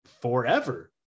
forever